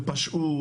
הם פשעו,